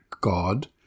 God